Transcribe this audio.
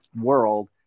world